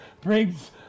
brings